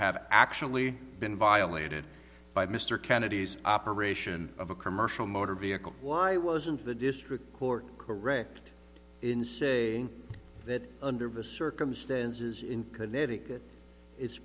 have actually been violated by mr kennedy's operation of a commercial motor vehicle why wasn't the district court correct in saying that under the circumstances in connecticut it's